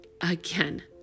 again